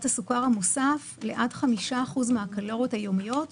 הסוכר המוסף לעד 5% מן הקלוריות היומיות,